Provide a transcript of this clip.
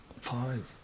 Five